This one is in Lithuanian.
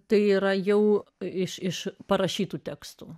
tai yra jau iš parašytų tekstų